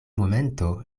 momento